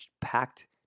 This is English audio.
packed